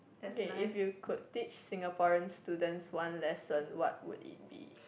okay if you could teach Singaporean students one lesson what would it be